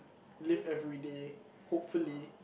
live everyday hopefully